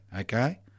Okay